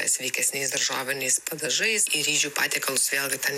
sveikesniais daržoviniais padažais į ryžių patiekalus vėlgi ten